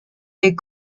des